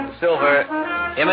silver